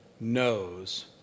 knows